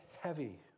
heavy